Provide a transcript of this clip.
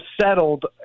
settled